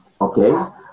Okay